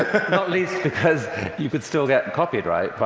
not least because you could still get copied, right?